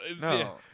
No